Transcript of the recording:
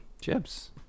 Chips